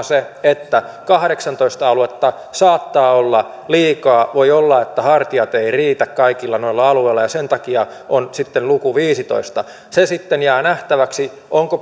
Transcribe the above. se että kahdeksantoista aluetta saattaa olla liikaa voi olla että hartiat eivät riitä kaikilla noilla alueilla ja sen takia on sitten luku viisitoista se sitten jää nähtäväksi onko